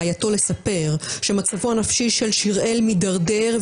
ממדי התופעה והשלכותיה הבלתי מטופלות.